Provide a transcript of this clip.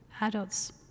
adults